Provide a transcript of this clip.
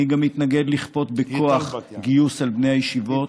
אני גם מתנגד לכפות בכוח גיוס על בני הישיבות,